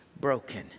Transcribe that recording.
broken